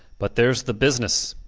but theres the business.